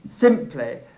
simply